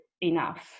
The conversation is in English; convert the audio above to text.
enough